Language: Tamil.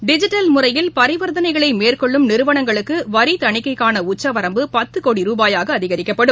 டிஜிட்டல் முறையில் பரிவர்த்தனைகளை மேற்கொள்ளும் நிறுவனங்களுக்கு வரி தணிக்கைக்கான உச்சவரம்பு பத்து கோடி ரூபாயாக அதிகரிக்கப்படும்